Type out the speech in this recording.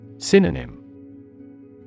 Synonym